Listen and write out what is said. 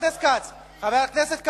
חבר הכנסת כץ.